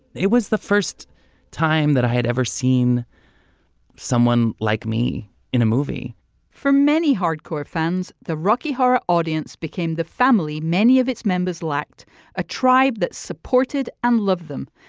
it was the first time that i had ever seen someone like me in a movie for many hardcore fans the rocky horror audience became the family many of its members lacked a tribe that supported and loved them.